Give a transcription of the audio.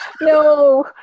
No